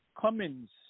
Cummins